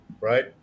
Right